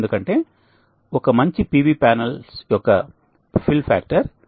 ఎందుకంటే ఒక మంచి PV ప్యానెల్ యొక్క ఫిల్ ఫ్యాక్టర్ 0